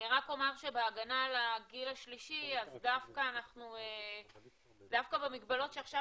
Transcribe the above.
אני רק אומר שבהגנה על הגיל השלישי אז דווקא במגבלות שעכשיו